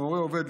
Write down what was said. הורה עובד,